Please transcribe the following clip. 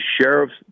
sheriff's